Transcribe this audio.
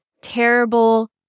terrible